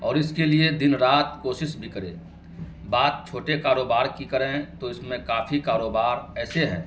اور اس کے لیے دن رات کوشش بھی کرے بات چھوٹے کاروبار کی کریں تو اس میں کافی کاروبار ایسے ہیں